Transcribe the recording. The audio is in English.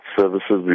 services